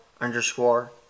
underscore